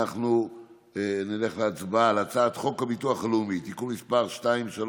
אנחנו נלך להצבעה על הצעת חוק הביטוח הלאומי (תיקון מס' 232)